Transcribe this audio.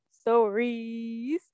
stories